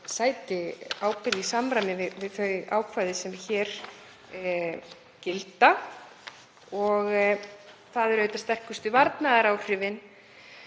sæti ábyrgð í samræmi við þau ákvæði sem hér gilda. Það eru sterkustu varnaðaráhrifin,